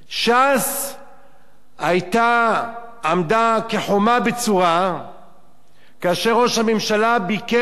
ש"ס היתה, עמדה כחומה בצורה כאשר ראש הממשלה ביקש